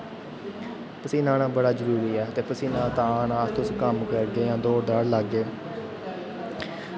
पसीना औना बड़ा जरूरी ऐ ते पसीना तां औना तुस कम्म करगे जां दौड़ दूड़ लागे